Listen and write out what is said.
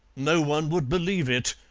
no one would believe it,